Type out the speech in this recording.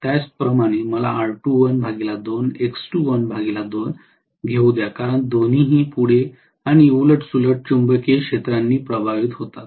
त्याचप्रमाणे मला R2l 2 X2l 2 घेऊ द्या कारण दोन्ही ही पुढे आणि उलट सुलट चुंबकीय क्षेत्रांनी प्रभावित होतात